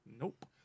Nope